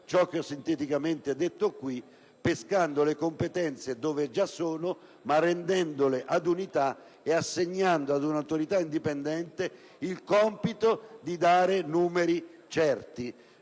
ciò che ho sinteticamente detto qui pescando le competenze dove già sono, ma unificandole, assegnando ad un'Autorità indipendente il compito di dare numeri certi